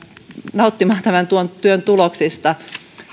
nauttimaan tämän työn tuloksista